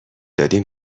دادیم